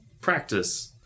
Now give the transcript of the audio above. practice